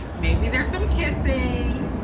maybe there's some kissing.